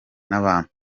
n’abantu